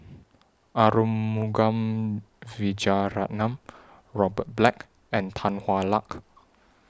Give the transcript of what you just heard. Arumugam Vijiaratnam Robert Black and Tan Hwa Luck